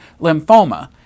lymphoma